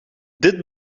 dit